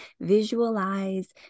visualize